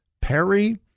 Perry